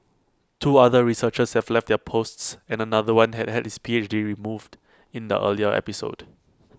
two other researchers have left their posts and another one had his P H D removed in the earlier episode